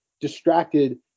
distracted